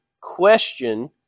question